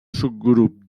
subgrup